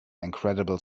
incredible